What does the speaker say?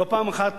לא פעם אחת,